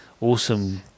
awesome